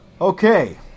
Okay